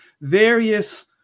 various